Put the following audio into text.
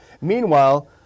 Meanwhile